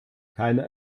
keine